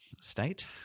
state